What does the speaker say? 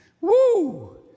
Woo